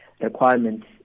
requirements